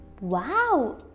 Wow